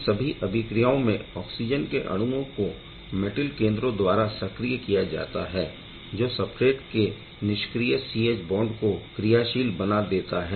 इन सभी अभिक्रियाओं में ऑक्सिजन के अणुओं को मैटिल केंद्रओं द्वारा सक्रिय किया जाता है जो सबस्ट्रेट के निष्क्रिय C H बॉन्ड को क्रियाशील बना देता है